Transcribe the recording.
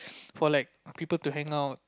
for like people to hangout